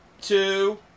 two